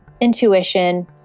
intuition